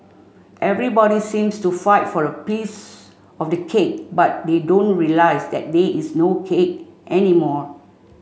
everybody seems to fight for a piece of the cake but they don't realise that there is no cake anymore